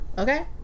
Okay